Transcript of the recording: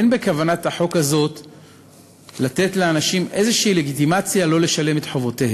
אין בכוונת החוק הזה לתת לאנשים איזושהי לגיטימציה לא לשלם את חובותיהם.